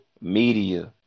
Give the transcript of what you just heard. media